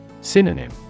Synonym